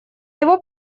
его